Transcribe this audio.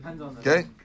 Okay